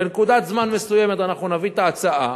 בנקודת זמן מסוימת אנחנו נביא את ההצעה,